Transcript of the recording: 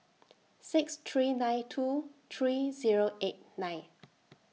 six three nine two three Zero eight nine